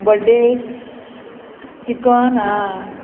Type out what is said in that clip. birthday chicken आं